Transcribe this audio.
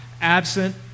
absent